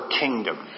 kingdom